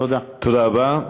תודה רבה.